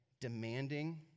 demanding